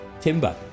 Timber